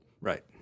Right